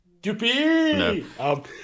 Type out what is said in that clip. Doopy